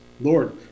Lord